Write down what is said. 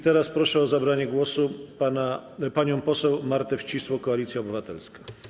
Teraz proszę o zabranie głosu panią poseł Martę Wcisło, Koalicja Obywatelska.